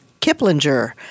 Kiplinger